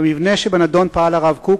במבנה שבנדון פעל הרב קוק,